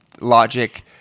logic